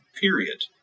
period